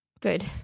Good